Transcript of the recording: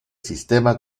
sistema